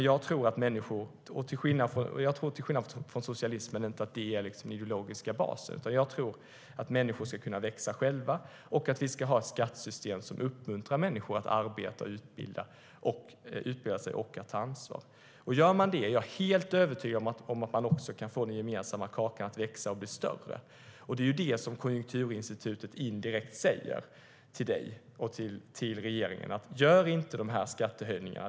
Jag tror inte på socialismen som ideologisk bas, utan jag vill att människor ska kunna växa självständigt och att vi ska ha ett skattesystem som uppmuntrar människor att arbeta, utbilda sig och ta ansvar. Gör man det är jag helt övertygad om att man också kan få den gemensamma kakan att växa och bli större. Det är det som Konjunkturinstitutet indirekt säger till dig, Magdalena Andersson, och till regeringen: Gör inte de här skattehöjningarna!